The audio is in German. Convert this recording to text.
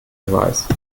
beweis